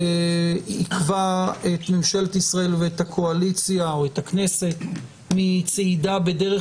עיכבה את ממשלת ישראל ואת הקואליציה או את הכנסת מצעידה בדרך